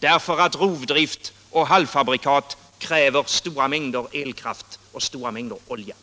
Därför att rovdrift och halvfabrikat kräver stora mängder elkraft och olja.